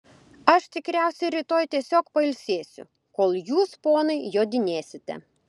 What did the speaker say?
aš tikriausiai rytoj tiesiog pailsėsiu kol jūs ponai jodinėsite